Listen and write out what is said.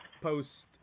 post